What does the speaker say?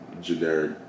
generic